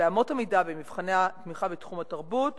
באמות המידה, במבחני התמיכה בתחום התרבות,